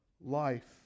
life